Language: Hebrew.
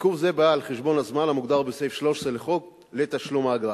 ועיכוב זה בא על חשבון הזמן המוגדר בסעיף 13 לחוק לתשלום האגרה.